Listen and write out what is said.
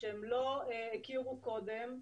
שהם לא הכירו קודם,